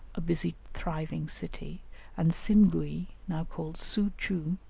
a busy thriving city and singui, now called soo-choo,